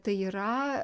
tai yra